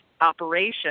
operation